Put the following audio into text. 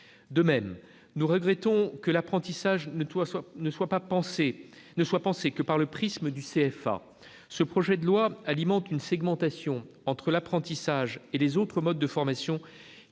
De même, nous regrettons que l'apprentissage ne soit pensé que par le prisme du CFA. Ce projet de loi alimente une segmentation entre l'apprentissage et les autres modes de formation,